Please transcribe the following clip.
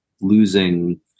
losing